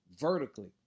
vertically